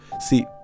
See